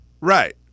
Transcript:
Right